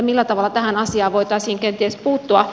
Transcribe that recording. millä tavalla tähän asiaan voitaisiin kenties puuttua